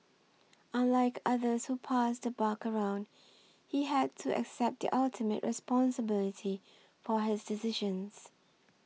unlike others who passed the buck around he had to accept the ultimate responsibility for his decisions